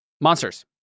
Monsters